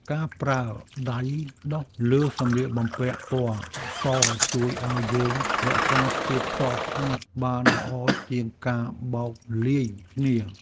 ការប្រើដៃដុសលើសម្លៀកបំពាក់ពណ៌សជួយឱ្យយើងរក្សាភាពសស្អាតបានល្អជាងការបោកលាយគ្នា។